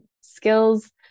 skills